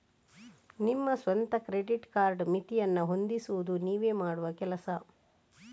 ನಿಮ್ಮ ಸ್ವಂತ credit card ಮಿತಿಯನ್ನ ಹೊಂದಿಸುದು ನೀವೇ ಮಾಡುವ ಕೆಲಸ